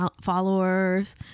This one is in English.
followers